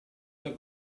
alla